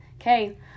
Okay